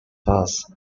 first